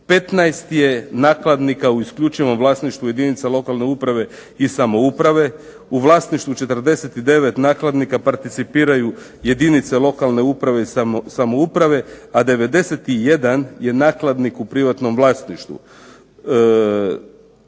15 je nakladnika u isključivom vlasništvu jedinica lokalne uprave i samouprave, u vlasništvu 49 nakladnika participiraju jedinice lokalne uprave i samouprave, a 91 je nakladnik u privatnom vlasništvu.